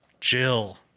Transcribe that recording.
Jill